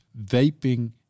vaping